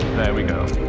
there we go.